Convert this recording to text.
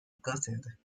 gutted